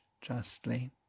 justly